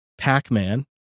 pacman